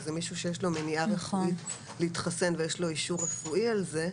שזה מישהו שיש לו מניעה רוחבית להתחסן ויש לו אישור רפואי על זה,